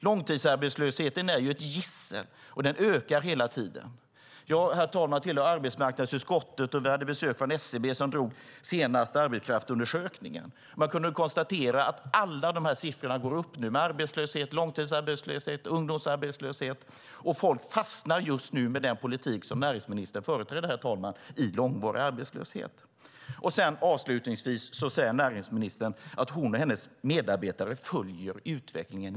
Långtidsarbetslösheten är ett gissel. Hela tiden ökar den. Herr talman! Jag tillhör arbetsmarknadsutskottet. Där har vi haft besök av SCB som drog den senaste arbetskraftsundersökningen. Man kunde konstatera att alla siffrorna går upp - för arbetslösheten, långtidsarbetslösheten och ungdomsarbetslösheten. Herr talman! Med den politik som näringsministern företräder fastnar folk just nu i långvarig arbetslöshet. Avslutningsvis säger näringsministern att hon och hennes medarbetare noga följer utvecklingen.